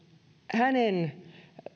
hänen